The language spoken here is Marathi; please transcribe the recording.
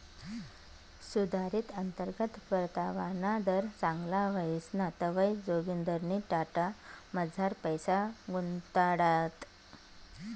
सुधारित अंतर्गत परतावाना दर चांगला व्हयना तवंय जोगिंदरनी टाटामझार पैसा गुताडात